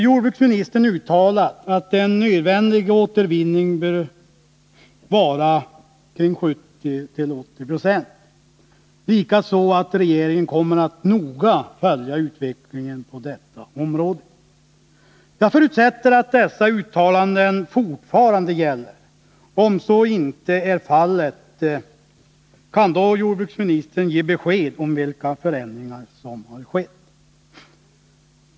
Jordbruksministern har uttalat att en nödvändig återvinning bör ligga på 70-80 0 samt att regeringen kommer att noga följa utvecklingen på detta område. Jag förutsätter att dessa uttalanden fortfarande gäller. Om så inte är fallet — kan då jordbruksministern ge besked om vilka förändringar som har skett?